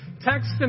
Text